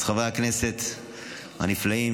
אז חברי הכנסת הנפלאים,